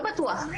לא בטוח,